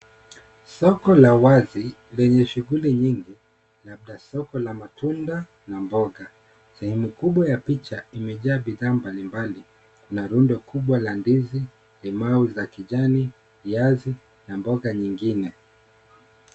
Soko la wazi lenye shughuli nyingi labda soko la matunda na mboga sehemu kubwa ya picha imejaa bidhaa mbalimbali na rundo kubwa la ndizi, limau za kijani, viazi na mboga nyingine.